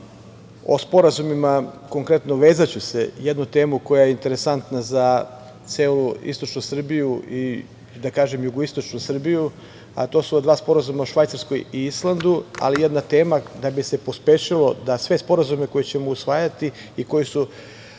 o sporazumima, konkretno vezaću se, jedna tema koja je interesantna za celu istočnu Srbiju i da kažem jugoistočnu Srbiju, a to su dva sporazuma o Švajcarskoj i Islandu. Ali jedna tema da bi se pospešilo da sve sporazume koje ćemo usvajati i koji su